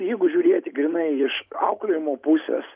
jeigu žiūrėti grynai iš auklėjimo pusės